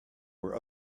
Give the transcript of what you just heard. were